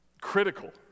critical